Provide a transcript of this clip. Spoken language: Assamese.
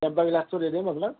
টেম্পাৰ্ড গ্লাছটো দি দিম আপোনাক